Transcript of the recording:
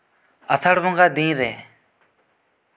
ᱟᱥᱟᱲ ᱵᱚᱸᱜᱟ ᱫᱤᱱ ᱨᱮ